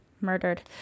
murdered